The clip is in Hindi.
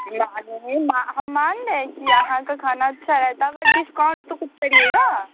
मान रहे मान हम मान रहे कि यहाँ का खाना अच्छा रहता है बट डिस्काउंट तो कुछ करिएगा